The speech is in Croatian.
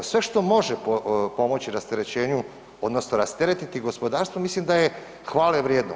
Sve što može pomoći rasterećenju odnosno rasteretiti gospodarstvo mislim da je hvale vrijedno.